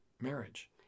marriage